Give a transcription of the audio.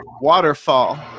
Waterfall